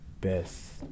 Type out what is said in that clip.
Best